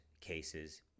cases